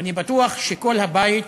ואני בטוח שכל הבית